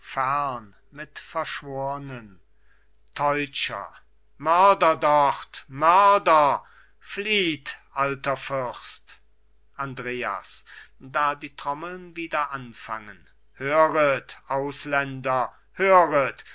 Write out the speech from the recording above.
mit verschwornen teutscher mörder dort mörder flieht alter fürst andreas da die trommeln wieder anfangen höret ausländer höret